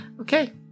Okay